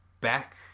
back